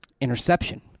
interception